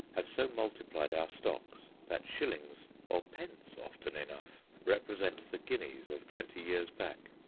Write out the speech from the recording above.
have so multiplied our stocks, that shillings or pence, often enough represent the guineas of twenty years back.